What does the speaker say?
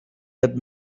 had